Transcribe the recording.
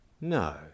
No